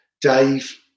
Dave